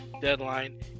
deadline